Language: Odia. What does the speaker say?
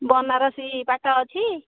ବନାରସୀ ପାଟ ଅଛି